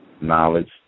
knowledge